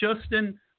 Justin